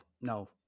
no